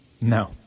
No